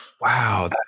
wow